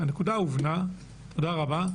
הנקודה הובנה, תודה רבה.